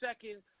second